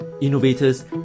innovators